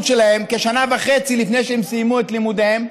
שלהם כשנה וחצי לפני שהם סיימו את לימודיהם,